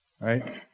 Right